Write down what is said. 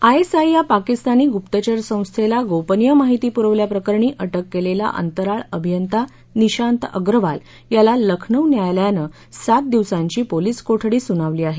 I S I या पाकिस्तानी गुप्तचर संस्थेला गोपनीय माहिती पुरवल्याप्रकरणी अटक केलेला अंतराळ अभियंता निशांत अग्रवाल याला लखनौ न्यायालयानं सात दिवसांची पोलीस कोठडी सुनावली आहे